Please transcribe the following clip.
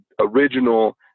original